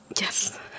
yes